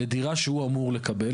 לדירה שהוא אמור לקבל.